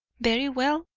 very well,